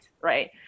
right